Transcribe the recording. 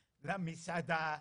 למסעדה,